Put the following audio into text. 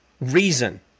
reason